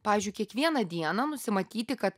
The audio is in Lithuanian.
pavyzdžiui kiekvieną dieną nusimatyti kad